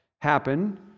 happen